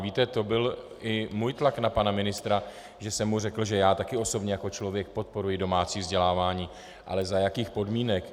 Víte, to byl i můj tlak na pana ministra, že jsem mu řekl, že já také osobně jako člověk podporuji domácí vzdělávání ale za jakých podmínek?